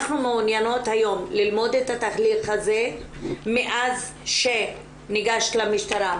אנחנו מעוניינות היום ללמוד את התהליך הזה מאז שניגשת למשטרה,